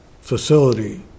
facility